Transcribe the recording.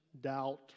doubt